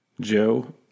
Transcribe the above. Joe